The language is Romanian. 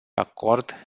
acord